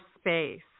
space